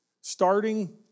starting